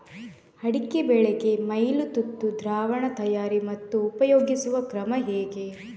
ಅಡಿಕೆ ಬೆಳೆಗೆ ಮೈಲುತುತ್ತು ದ್ರಾವಣ ತಯಾರಿ ಮತ್ತು ಉಪಯೋಗಿಸುವ ಕ್ರಮ ಹೇಗೆ?